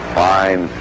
fine